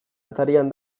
atarian